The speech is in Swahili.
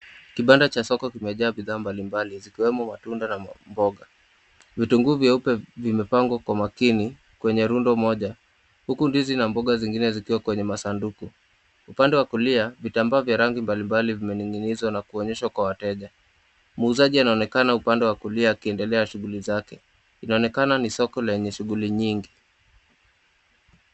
Kibanda cha soko kimajaa bidhaa mbalimbali zikiwemo matunda na mboga, vitunguu vyeupe vimepangwa kwa makini, kwenye rundo moja, huku ndizi na mboga nyingine zikiwa kwenye masanduku, upande wa kulia vitambaa vya rangi mbalimbali vimeninginiza na kuonyeshwa kwa wateja, muuzaji anaonekana upande mwingine akiendelea na shughuli zake, inaonekana ni soko lenye shughuli nyingi.